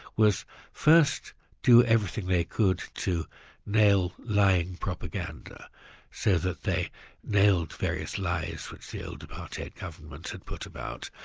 was first do everything they could to nail lying propaganda so that they nailed various lies which the old apartheid government had put about,